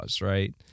right